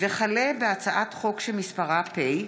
הצעת חוק המאבק בטרור (תיקון,